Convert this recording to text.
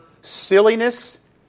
silliness